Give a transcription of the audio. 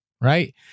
Right